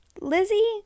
Lizzie